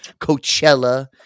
Coachella